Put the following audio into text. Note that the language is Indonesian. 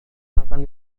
makan